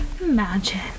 Imagine